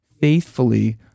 faithfully